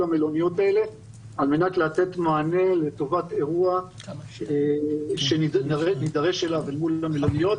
המלוניות האלה על מנת לתת מענה לטובת אירוע שנידרש אליו אל מול המלוניות,